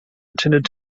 intended